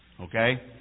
Okay